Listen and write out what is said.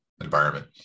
environment